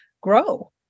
grow